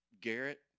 Garrett